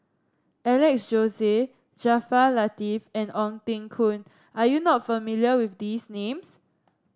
Alex Josey Jaafar Latiff and Ong Teng Koon are you not familiar with these names